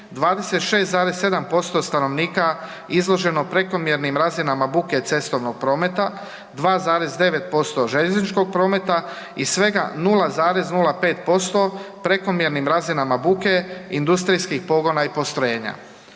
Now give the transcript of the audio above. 26,7% stanovnika izloženo prekomjernim razinama buke cestovnog prometa, 2,9% željezničkog prometa i svega 0,05% prekomjernim razinama buke industrijskih pogona i postrojenja.